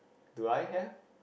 do I have